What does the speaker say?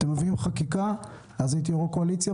תביאו חקיקה הייתי יו"ר הקואליציה,